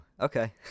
okay